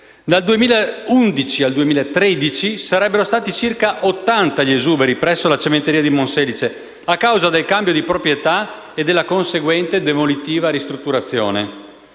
Dal 2011 al 2013 sarebbero stati circa 80 gli esuberi presso la cementeria di Monselice, a causa del cambio di proprietà e della conseguente demolitiva ristrutturazione.